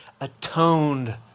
atoned